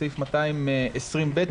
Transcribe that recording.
בסעיף 220ב,